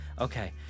Okay